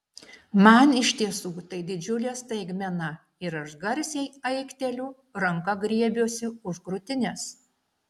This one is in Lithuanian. man iš tiesų tai didžiulė staigmena ir aš garsiai aikteliu ranka griebiuosi už krūtinės